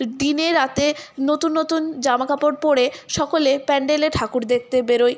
দিনে রাতে নতুন নতুন জামা কাপড় পরে সকলে প্যান্ডেলে ঠাকুর দেখতে বেরোয়